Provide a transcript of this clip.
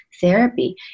therapy